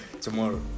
Tomorrow